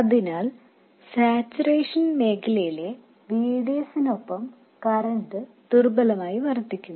അതിനാൽ സാച്ചുറേഷൻ മേഖലയിലെ VDS നൊപ്പം കറന്റ് ദുർബലമായി വർദ്ധിക്കുന്നു